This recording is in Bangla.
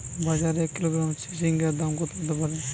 বাজারে এক কিলোগ্রাম চিচিঙ্গার দাম কত হতে পারে?